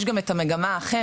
יש גם את המגמה האחרת,